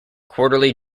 quarterly